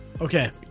Okay